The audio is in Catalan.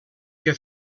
què